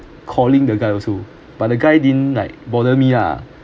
calling the guy also but the guy didn't like bother me ah